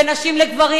בין נשים לגברים,